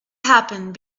happened